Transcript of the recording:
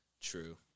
True